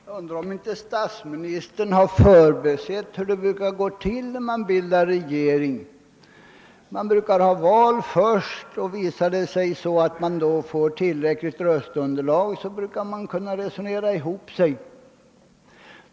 Jag undrar om inte statsministern har förbisett, hur det brukar gå till när man bildar regering. Det brukar först vara ett val. Visar det sig då att man får tillräckligt röstunderlag, brukar man kunna resonera ihop sig.